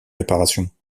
réparations